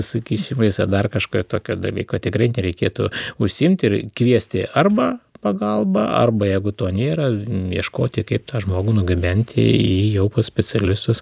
sukišimais ar dar kažką tokio dalyko tikrai reikėtų užsiimti ir kviesti arba pagalbą arba jeigu to nėra ieškoti kaip tą žmogų nugabenti į jau pas specialistus